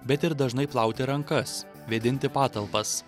bet ir dažnai plauti rankas vėdinti patalpas